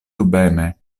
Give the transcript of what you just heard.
dubeme